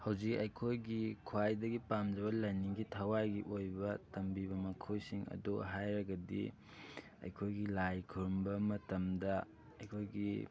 ꯍꯧꯖꯤꯛ ꯑꯩꯈꯣꯏꯒꯤ ꯈ꯭ꯋꯥꯏꯗꯒꯤ ꯄꯥꯝꯖꯕ ꯂꯥꯏꯅꯤꯡꯒꯤ ꯊꯋꯥꯏꯒꯤ ꯑꯣꯏꯕ ꯇꯝꯕꯤꯕ ꯃꯈꯣꯏꯁꯤꯡ ꯑꯗꯣ ꯍꯥꯏꯔꯒꯗꯤ ꯑꯩꯈꯣꯏꯒꯤ ꯂꯥꯏ ꯈꯨꯔꯨꯝꯕ ꯃꯇꯝꯗ ꯑꯩꯈꯣꯏꯒꯤ